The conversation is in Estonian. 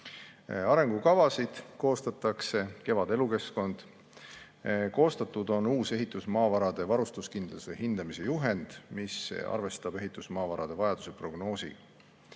arengukavasid: KEVAD, elukeskkond. Koostatud on uus ehitusmaavarade varustuskindluse hindamise juhend, mis arvestab ehitusmaavarade vajaduse prognoosiga.